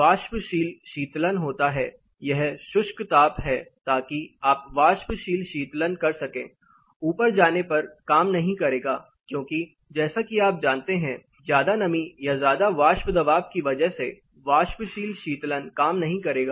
वाष्पशील शीतलन होता है यह शुष्क ताप है ताकि आप वाष्पशील शीतलन कर सकें यह ऊपर जाने पर काम नहीं करेगा क्योंकि जैसा कि आप जानते हैं ज्यादा नमी या ज्यादा वाष्प दबाव की वजह से वाष्पशील शीतलन काम नहीं करेगा